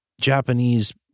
Japanese